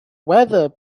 weather